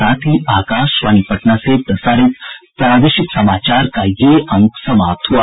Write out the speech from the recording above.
इसके साथ ही आकाशवाणी पटना से प्रसारित प्रादेशिक समाचार का ये अंक समाप्त हुआ